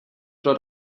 pro